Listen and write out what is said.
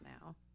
now